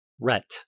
RET